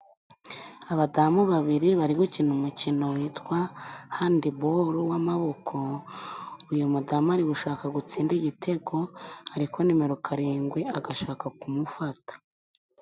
Abadamu babiri bari gukina umukino witwa handibolo w'amaboko, uyu mudamu ari gushaka gutsinda igitego ariko nimero karindwi agashaka kumufata.